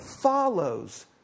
follows